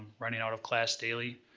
running out of class daily.